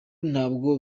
ntabwo